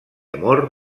amor